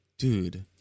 Dude